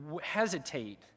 hesitate